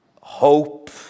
Hope